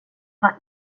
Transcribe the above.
var